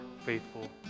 faithful